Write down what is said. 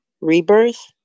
rebirth